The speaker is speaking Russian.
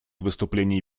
выступление